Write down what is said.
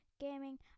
gaming